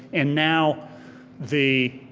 and now the